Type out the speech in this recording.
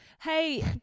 Hey